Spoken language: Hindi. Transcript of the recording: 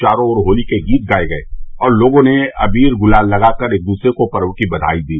चारो ओर होली के गीत गाये गये और लोगों ने अबीर गुलाल लगाकर एक दूसरे को पर्व की बधाई दी